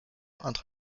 entre